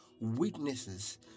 witnesses